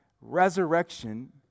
resurrection